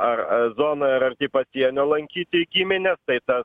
ar zonoje ar arti pasienio lankyti gimines tai tas